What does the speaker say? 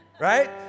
Right